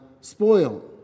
spoil